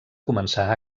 començar